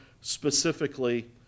specifically